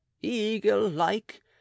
eagle-like